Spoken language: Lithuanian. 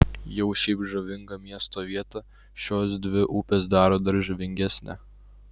jau šiaip žavingą miesto vietą šios dvi upės daro dar žavingesnę